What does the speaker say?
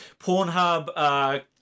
Pornhub